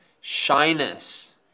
shyness